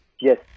Yes